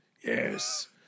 yes